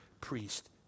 priest